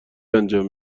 انجام